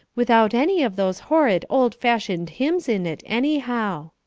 without any of those horrid, old-fashioned hymns in it, anyhow.